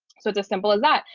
so it's as simple as that.